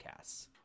podcasts